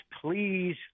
please